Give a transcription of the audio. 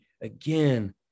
again